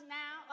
now